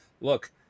look